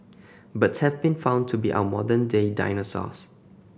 birds have been found to be our modern day dinosaurs